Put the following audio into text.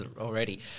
already